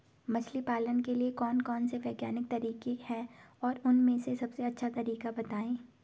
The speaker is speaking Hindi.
मछली पालन के लिए कौन कौन से वैज्ञानिक तरीके हैं और उन में से सबसे अच्छा तरीका बतायें?